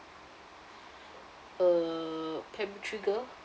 a primary three girl